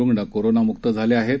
रुग्णकोरोनामुक्तझालेआहेत